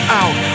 out